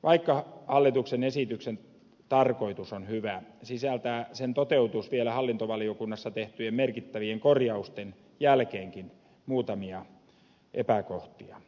vaikka hallituksen esityksen tarkoitus on hyvä sisältää sen toteutus vielä hallintovaliokunnassa tehtyjen merkittävien korjausten jälkeenkin muutamia epäkohtia